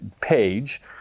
page